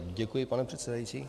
Děkuji, pane předsedající.